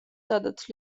სადაც